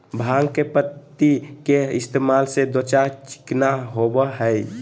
भांग के पत्ति के इस्तेमाल से त्वचा चिकना होबय हइ